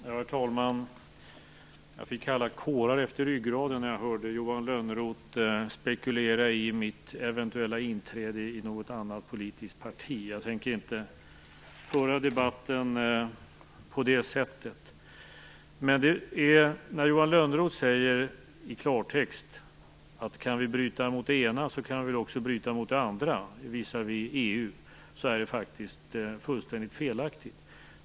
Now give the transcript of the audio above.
Herr talman! Jag fick kalla kårar utmed ryggraden när jag hörde Johan Lönnroth spekulera i mitt eventuella inträde i något annat politiskt parti. Jag tänker inte föra debatten på det sättet. När Johan Lönnroth i klartext säger kan vi bryta mot det ena kan vi väl också bryta mot det andra visavi EU är det faktiskt fullständigt felaktigt.